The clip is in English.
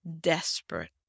desperate